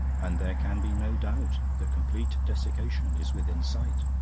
and there can be no doubt that complete desiccation is within sight.